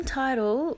title